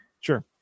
Sure